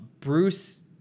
Bruce